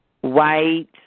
white